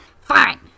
Fine